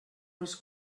els